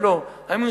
לא.